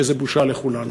שזה בושה לכולנו.